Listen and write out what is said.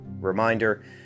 reminder